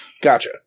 Gotcha